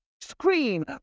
scream